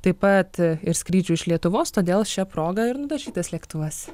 taip pat ir skrydžių iš lietuvos todėl šia proga ir nudažytas lėktuvas